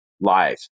live